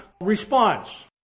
response